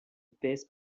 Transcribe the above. base